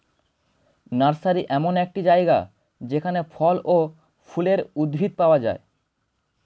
nursery এমন একটি জায়গা যেখানে ফল ও ফুলের উদ্ভিদ পাওয়া যায়